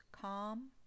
calm